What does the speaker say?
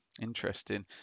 Interesting